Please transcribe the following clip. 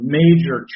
major